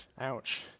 Ouch